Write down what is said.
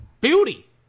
beauty